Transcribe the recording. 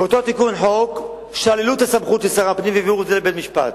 באותו תיקון חוק שללו את הסמכות משר הפנים והעבירו את זה לבית-משפט.